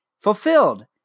fulfilled